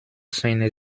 seine